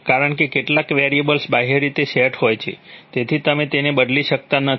કારણ કે કેટલાક વેરિયેબલ્સ બાહ્ય રીતે સેટ હોય છે તેથી તમે તેમને બદલી શકતા નથી